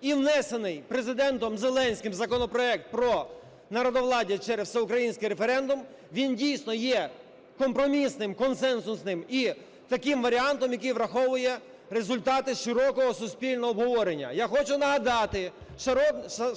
і внесений Президентом Зеленським законопроект про народовладдя через всеукраїнський референдум, він дійсно є компромісним, консенсусним і таким варіантом, який враховує результати широкого суспільного обговорення. Я хочу нагадати